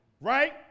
right